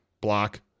block